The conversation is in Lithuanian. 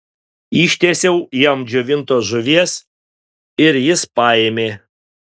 ištiesiau jam džiovintos žuvies ir jis paėmė